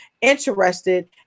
interested